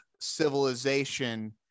civilization